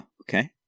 okay